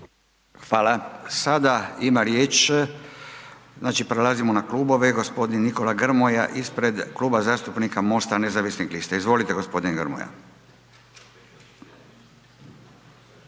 Hvala. Sada ima riječ, znači prelazimo na klubove, g. Nikola Grmoja, ispred Kluba zastupnika MOST-a nezavisnih lista. Izvolite g. Grmoja.